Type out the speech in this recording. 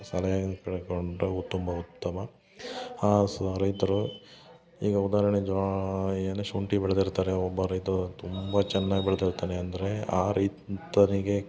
ಸಲಹೆನ ಕೇಳ್ಕೊಂಡು ತುಂಬ ಉತ್ತಮ ಆ ಸ ರೈತರು ಈಗ ಉದಾಹರಣೆ ಜ್ವಾಳ ಏನು ಶುಂಟಿ ಬೆಳ್ದಿರ್ತಾರೆ ಒಬ್ಬ ರೈತ ತುಂಬ ಚೆನ್ನಾಗಿ ಬೆಳ್ದಿರ್ತಾನೆ ಅಂದರೆ ಆ ರೈತನಿಗೆ